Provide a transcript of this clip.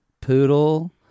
Poodle